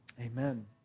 amen